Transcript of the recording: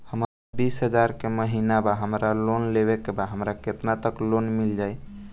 हमर बिस हजार के महिना बा हमरा के लोन लेबे के बा हमरा केतना तक लोन मिल जाई?